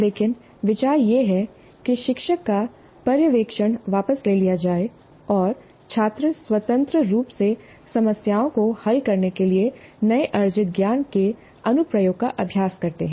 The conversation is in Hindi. लेकिन विचार यह है कि शिक्षक का पर्यवेक्षण वापस ले लिया जाए और छात्र स्वतंत्र रूप से समस्याओं को हल करने के लिए नए अर्जित ज्ञान के अनुप्रयोग का अभ्यास करते हैं